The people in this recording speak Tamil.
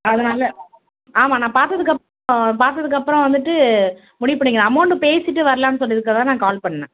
அதனால் ஆமாம் நான் பார்த்ததுக்கப் பாத்ததுக்கப்புறம் வந்துவிட்டு முடிவு பண்ணிக்கலாம் அமவுண்டு பேசிவிட்டு வரலான்னு சொல்லிருக்க தான் நான் கால் பண்ணேன்